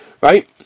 Right